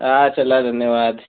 हां चला धन्यवाद